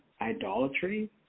idolatry